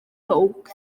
ffowc